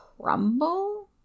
crumble